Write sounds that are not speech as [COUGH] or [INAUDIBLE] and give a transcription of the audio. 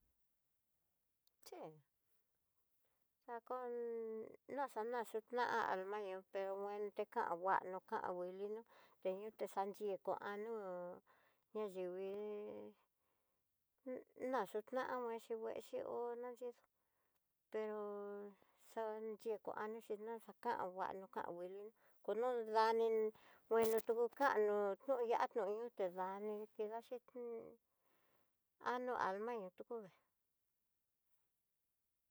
Sip, xakon naxana yudná'a almayo'o, pero guelte kan nguano kan nguilinó, té ñuté xankii kua ñu'u, ayinrivi ná yuná nguixi nguexi nguexi hó'o naxhix pero xa yi kuanoxi na xakan nguana kan nguilina kono ndanín kueni tú kan no tu [NOISE] iian no ihó tedaní, kida xhini alno [HESITATION] almoyop tuku ne.